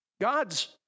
God's